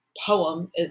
poem